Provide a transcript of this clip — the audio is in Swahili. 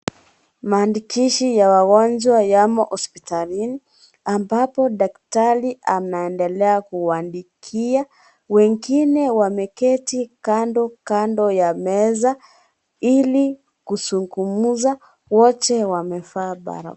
Maandikishi ya wagonjwa yamo hospitalini ambapo daktari anaendelea kuwaandikia. Wengine wameketi kando kando ya meza ili kuzungumza. Wote wamevaa barakoa.